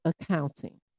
accounting